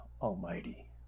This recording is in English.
Almighty